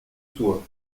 soit